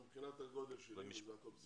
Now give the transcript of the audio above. תביאי לי לחצי שעה נציג בכיר של נציב שירות המדינה.